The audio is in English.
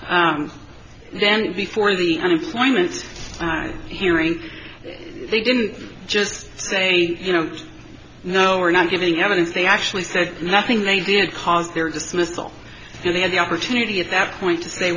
now then before the unemployment hearing they didn't just say you know no we're not giving evidence they actually said nothing they did cause their dismissal and they had the opportunity at that point to say